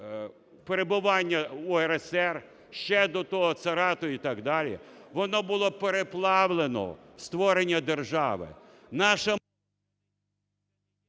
перебування УРСР, ще до того царату і так далі, воно було переплавлено створення держави.